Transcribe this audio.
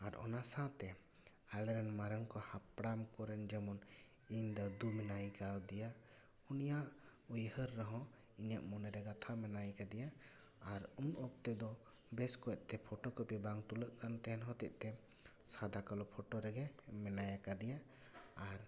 ᱟᱨ ᱚᱱᱟ ᱥᱟᱶᱛᱮ ᱟᱞᱮ ᱨᱮᱱ ᱢᱟᱨᱟᱝ ᱠᱚ ᱦᱟᱯᱲᱟᱢ ᱠᱚᱨᱮᱱ ᱡᱮᱢᱚᱱ ᱤᱧ ᱫᱟᱹᱫᱩ ᱢᱮᱱᱟᱭᱠᱟᱫᱮᱭᱟ ᱩᱱᱤᱭᱟᱜ ᱩᱭᱦᱟᱹᱨ ᱨᱮᱦᱚᱸ ᱤᱧᱟᱹᱜ ᱢᱚᱱᱮᱨᱮ ᱜᱟᱛᱷᱟᱣ ᱢᱮᱱᱟᱭ ᱟᱠᱟᱫᱮᱭᱟ ᱟᱨ ᱩᱱ ᱚᱠᱛᱮ ᱫᱚ ᱵᱮᱥ ᱠᱚᱡᱛᱮ ᱯᱷᱚᱛᱳ ᱠᱚᱯᱤ ᱵᱟᱝ ᱛᱩᱞᱟᱜ ᱠᱟᱱ ᱦᱚᱛᱮᱫ ᱛᱮ ᱥᱟᱫᱟ ᱠᱟᱞᱳ ᱯᱷᱳᱴᱳ ᱨᱮᱜᱮ ᱢᱮᱱᱟᱭ ᱟᱠᱟᱫᱮᱭᱟ ᱟᱨ